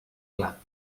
clar